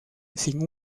sin